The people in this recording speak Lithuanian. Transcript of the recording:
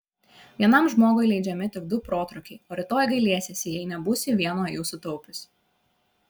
vienam žmogui leidžiami tik du protrūkiai o rytoj gailėsiesi jei nebūsi vieno jų sutaupiusi